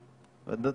במליאתה,